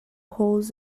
holes